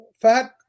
Fat